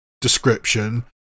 description